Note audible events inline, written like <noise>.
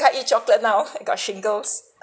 cannot eat chocolate now <laughs> I got shingles